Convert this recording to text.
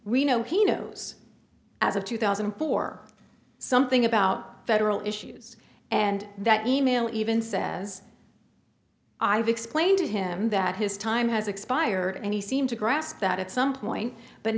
we know he knows as of two thousand and four something about federal issues and that e mail even says i've explained to him that his time has expired and he seemed to grasp that at some point but